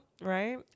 right